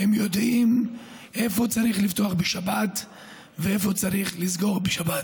הם יודעים איפה צריך לפתוח בשבת ואיפה צריך לסגור בשבת.